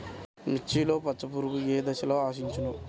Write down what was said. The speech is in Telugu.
మిర్చిలో పచ్చ పురుగు ఏ దశలో ఆశించును?